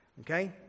okay